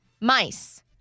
Mice